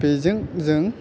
बेजों जों